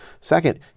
Second